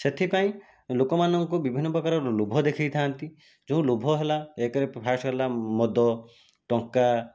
ସେଥିପାଇଁ ଲୋକମାନଙ୍କୁ ବିଭିନ୍ନ ପ୍ରକାରର ଲୋଭ ଦେଖେଇଥାନ୍ତି ଯେଉଁ ଲୋଭ ହେଲା ଏକରେ ଫାଷ୍ଟରେ ହେଲା ମଦ ଟଙ୍କା